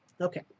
Okay